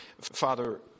Father